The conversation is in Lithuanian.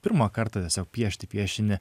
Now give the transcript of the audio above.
pirmą kartą tiesiog piešti piešinį